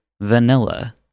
vanilla